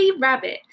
rabbit